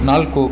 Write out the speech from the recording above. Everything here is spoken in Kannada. ನಾಲ್ಕು